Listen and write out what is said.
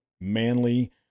manly